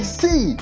see